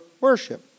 worship